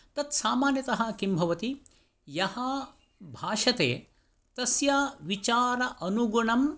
तत्सामान्यतः किं भवति यः भाषते तस्य विचार अनुगुणं